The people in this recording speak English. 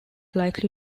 likely